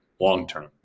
long-term